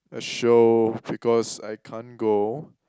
a show because I can't go